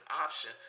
option